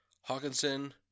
Hawkinson